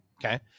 Okay